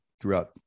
throughout